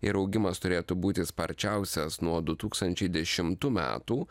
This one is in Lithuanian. ir augimas turėtų būti sparčiausias nuo du tūkstančiai dešimtų metų